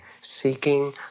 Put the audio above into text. seeking